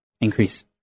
increase